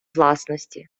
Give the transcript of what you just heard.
власності